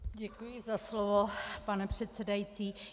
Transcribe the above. Děkuji za slovo, pane předsedající.